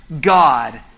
God